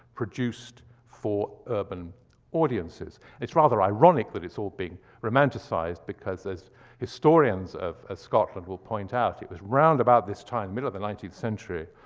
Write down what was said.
produced for urban audiences. it's rather ironic that it's all been romanticized, because as historians of scotland will point out, it was round about this time, middle of the nineteenth century,